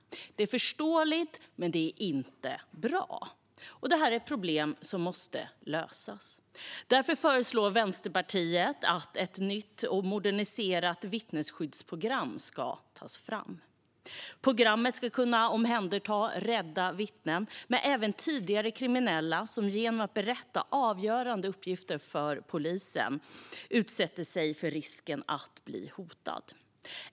Det är förståeligt, men det är inte bra. Och det är ett problem som måste lösas. Därför föreslår Vänsterpartiet att ett nytt och moderniserat vittnesskyddsprogram ska tas fram. Programmet ska omhänderta rädda vittnen, och även tidigare kriminella, som genom att berätta avgörande uppgifter för polisen kan utsättas för hot.